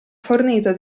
fornito